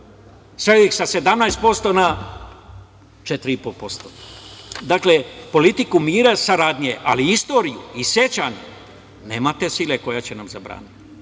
ih sa 17% na 4,5%.Dakle, politiku mira i saradnje, ali istoriju i sećanje nema te sile koja će nam zabraniti,